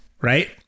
right